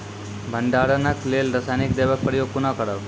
भंडारणक लेल रासायनिक दवेक प्रयोग कुना करव?